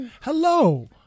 Hello